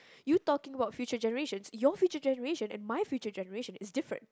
you talking about future generations your future generation and my future generation is different